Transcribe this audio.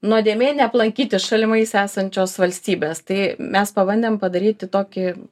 nuodėmė neaplankyti šalimais esančios valstybės tai mes pabandėm padaryti tokį